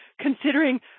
considering